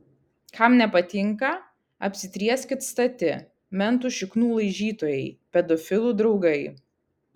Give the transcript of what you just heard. kam nepatinka apsitrieskit stati mentų šiknų laižytojai pedofilų draugai